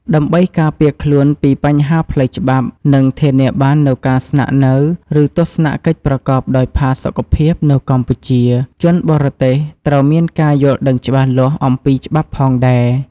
ដើម្បីការពារខ្លួនពីបញ្ហាផ្លូវច្បាប់ និងធានាបាននូវការស្នាក់នៅ ឬទស្សនកិច្ចប្រកបដោយផាសុកភាពនៅកម្ពុជា ជនបរទេសត្រូវមានការយល់ដឹងច្បាស់លាស់អំពីច្បាប់ផងដែរ។